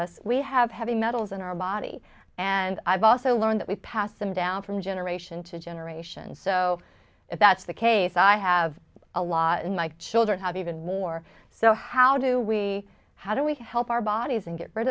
us we have heavy metals in our body and i've also learned that we passed them down from generation to generation so if that's the case i have a lot and my children have even more so how do we how do we help our bodies and get rid